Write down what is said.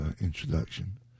introduction